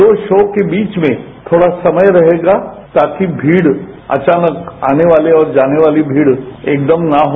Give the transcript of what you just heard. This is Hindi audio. दो शॉ के बीच में थोड़ा समय रहेगा ताकि भीड़ अचानक आने वाले और जाने वाली भीड़ एकदम न हो